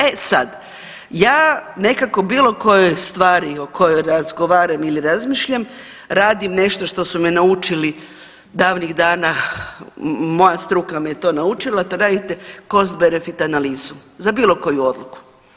E sad, ja nekako bilo kojoj stvari o kojoj razgovaram ili razmišljam radim nešto što su me naučili davnih dana, moja struka me je to naučila to radite cost benefit analizu za bilo koju odluku.